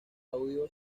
audio